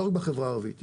לא רק בחברה הערבית,